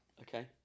Okay